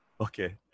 Okay